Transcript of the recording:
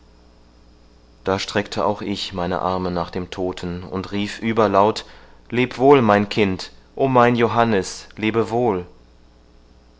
da streckte auch ich meine arme nach dem todten und rief überlaut leb wohl mein kind o mein johannes